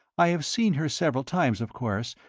i have seen her several times of course,